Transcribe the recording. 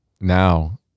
now